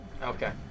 Okay